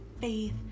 faith